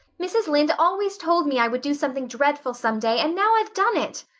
mrs. lynde always told me i would do something dreadful some day, and now i've done it!